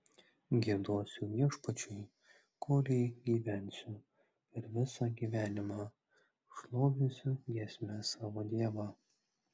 giedosiu viešpačiui kolei gyvensiu per visą gyvenimą šlovinsiu giesme savo dievą